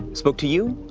spoke to you.